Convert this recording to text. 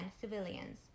civilians